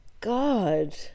God